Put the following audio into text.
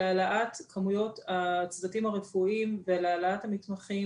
להעלאת כמויות הצוותים הרפואיים ולהעלאת המתמחים